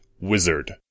wizard